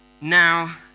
now